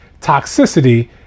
toxicity